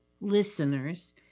listeners